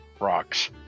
rocks